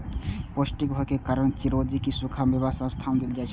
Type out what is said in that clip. पौष्टिक होइ के कारण चिरौंजी कें सूखा मेवा मे स्थान देल जाइ छै